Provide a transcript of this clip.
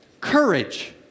Courage